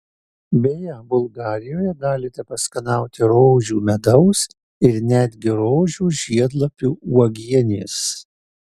beje bulgarijoje galite paskanauti rožių medaus ir netgi rožių žiedlapių uogienės